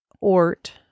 Ort